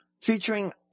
featuring